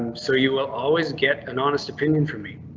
so you will always get an honest opinion for me